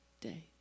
day